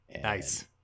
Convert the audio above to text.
Nice